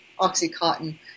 oxycontin